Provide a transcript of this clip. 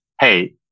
hey